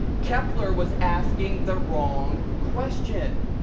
kepler was asking the wrong question.